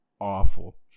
awful